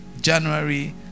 January